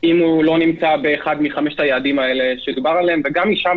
אם הוא לא נמצא בחמשת היעדים שדובר עליהם וגם משם